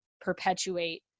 perpetuate